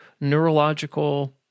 neurological